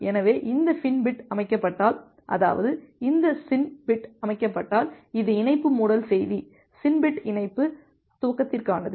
எனவே இந்த FIN bit அமைக்கப்பட்டால் அதாவது இந்த SYN பிட் அமைக்கப்பட்டால் அது இணைப்பு மூடல் செய்தி SYN பிட் இணைப்பு துவக்கத்திற்கானது